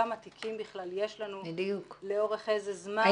כמה תיקים בכלל יש לנו לאורך איזה זמן.